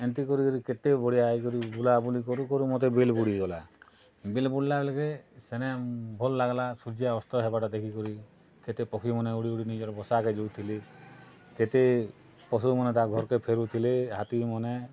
ଏନ୍ତି କରି କରି କେତେ ବଢ଼ିଆ ହେଇକରି ବୁଲାବୁଲି କରୁ କରୁ ମତେ ବେଲ୍ ବୁଡ଼ିଗଲା ବେଳ୍ ବୁଡ଼୍ଲା ବେଲ୍କେ ସେନେ ଭଲ୍ ଲାଗ୍ଲା ସୂର୍ଯ୍ୟଅସ୍ତ ହେବାର୍ ଟା ଦେଖିକରି କେତେ ପକ୍ଷୀମାନେ ଉଡ଼ି ଉଡ଼ି ନିଜର୍ ବସାକେ ଯାଉଥିଲେ କେତେ ପଶୁମାନେ ତାକଁର୍ ଘର୍କେ ଫେରୁଥିଲେ ହାତୀମାନେ